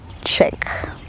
check